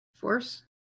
Force